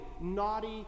naughty